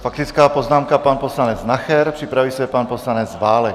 Faktická poznámka pan poslanec Nacher, připraví se pan poslanec Válek.